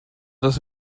das